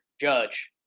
judge